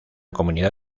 comunidad